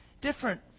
different